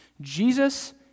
Jesus